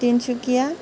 Tinsukia